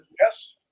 Yes